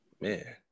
man